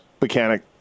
mechanic